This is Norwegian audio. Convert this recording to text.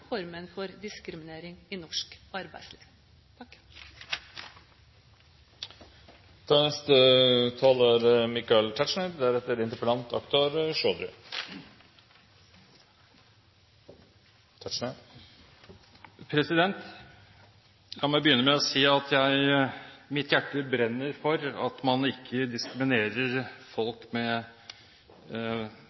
formen for diskriminering i norsk arbeidsliv. La meg begynne med å si at mitt hjerte brenner for at man ikke diskriminerer folk med